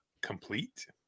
complete